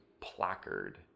placard